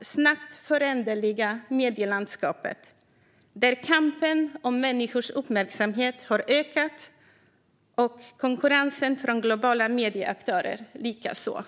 snabbt föränderliga medielandskapet där kampen om människors uppmärksamhet har ökat och konkurrensen från globala medieaktörer likaså.